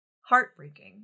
heartbreaking